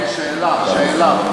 רונן, שאלה.